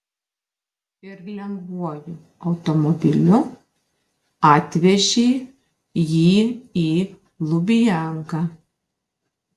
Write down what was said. ir lengvuoju automobiliu atvežė jį į lubianką